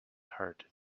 heart